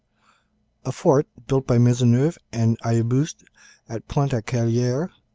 a fort built by maisonneuve and ailleboust at pointe-a-callieres